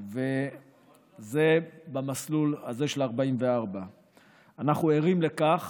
וזה במסלול הזה של 44. אנחנו ערים לכך